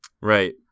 Right